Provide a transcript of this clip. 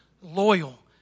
Loyal